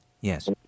yes